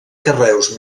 carreus